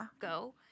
go